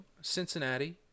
Cincinnati